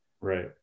right